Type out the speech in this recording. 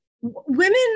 women